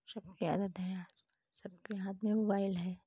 सबकी आदत है आजकल सबके हाथ में मोबाइल है